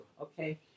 Okay